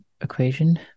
equation